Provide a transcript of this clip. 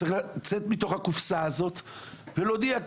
צריך לצאת מתוך הקופסה הזאת ולהודיע,